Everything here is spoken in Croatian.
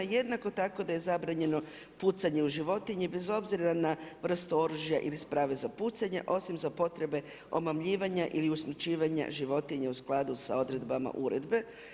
Jednako tako da je zabranjeno pucanje u životinje bez obzira na vrstu oružja ili sprave za pucanje osim za potrebe omamljivanja ili usmrćivanja životinja u skladu sa odredbama Uredbe.